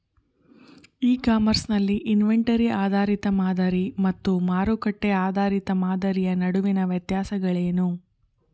E commerce ನಲ್ಲಿ inventory ಆಧಾರಿತ ಮಾದರಿ ಮತ್ತು ಮಾರುಕಟ್ಟೆ ಆಧಾರಿತ ಮಾದರಿಯ ನಡುವಿನ ವ್ಯತ್ಯಾಸಗಳೇನು?